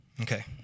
Okay